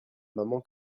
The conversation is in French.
maman